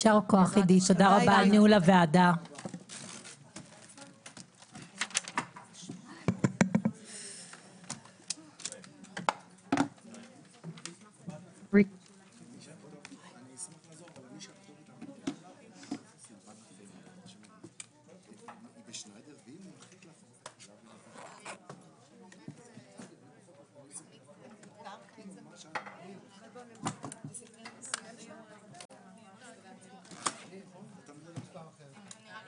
הישיבה ננעלה בשעה 15:08.